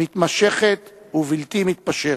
מתמשכת ובלתי מתפשרת.